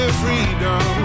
Freedom